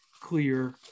clear